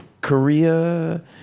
Korea